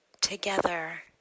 together